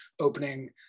opening